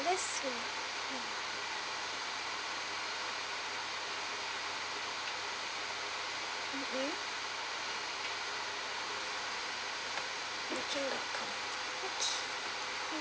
this mmhmm booking dot com